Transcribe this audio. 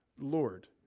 Lord